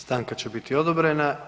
Stanka će biti odobrena.